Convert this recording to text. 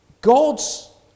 God's